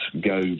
go